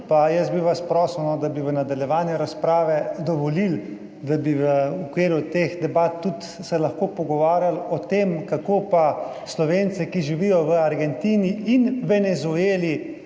Pa jaz bi vas prosil, da bi v nadaljevanju razprave dovolili, da bi v okviru teh debat tudi se lahko pogovarjali o tem, kako pa Slovence, ki živijo v Argentini in v Venezueli